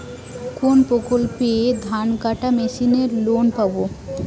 কোন প্রকল্পে ধানকাটা মেশিনের লোন পাব?